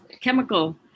chemical